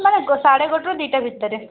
ମାନେ ସାଢ଼େ ଗୋଟାଏ ରୁ ଦୁଇଟା ଭିତରେ